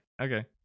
Okay